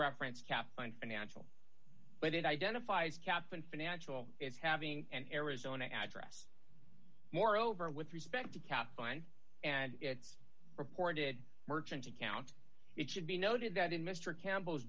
reference financial but it identifies cap and financial it's having an arizona address moreover with respect to cap it's reported merchant account it should be noted that in mr campbell